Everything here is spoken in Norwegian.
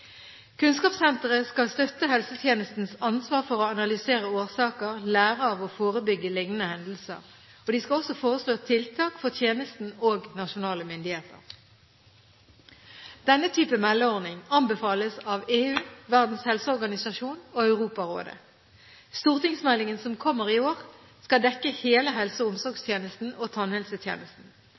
Kunnskapssenteret skal støtte helsetjenestens ansvar for å analysere årsaker, lære av og forebygge lignende hendelser. De skal også foreslå tiltak for tjenesten og nasjonale myndigheter. Denne type meldeordning anbefales av EU, Verdens helseorganisasjon og Europarådet. Stortingsmeldingen som kommer i år, skal dekke hele helse- og omsorgstjenesten og tannhelsetjenesten.